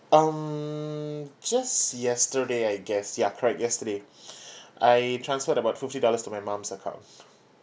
um just yesterday I guess ya correct yesterday I transferred about fifty dollars to my mum's account